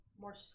more